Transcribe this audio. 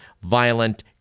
violent